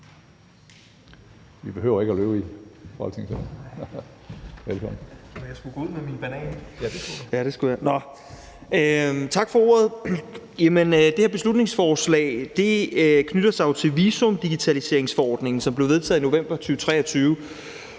Jeg skulle lige smide min banan ud. Nå, tak for ordet. Det her beslutningsforslag knytter sig jo til visumdigitaliseringsforordningen, som blev vedtaget i november 2023,